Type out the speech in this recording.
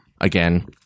Again